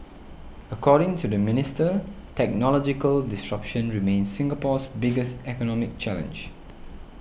according to the minister technological disruption remains Singapore's biggest economic challenge